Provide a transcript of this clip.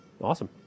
Awesome